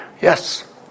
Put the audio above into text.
Yes